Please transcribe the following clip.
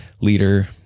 leader